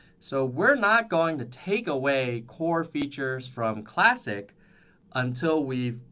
so we're not going to take away core features from classic until we've